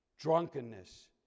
drunkenness